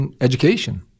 education